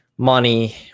money